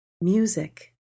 music